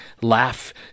laugh